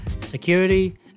security